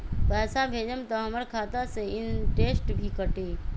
पैसा भेजम त हमर खाता से इनटेशट भी कटी?